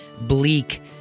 bleak